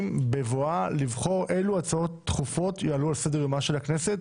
בבואה לבחור אילו הצעות דחופות יעלו על סדר יומה של הכנסת,